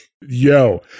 Yo